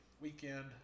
weekend